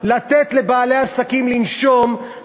לתת לבעלי עסקים לנשום,